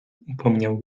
upomniał